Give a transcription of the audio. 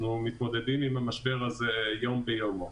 אנו מתמודדים עם המשבר הזה יום ביומו.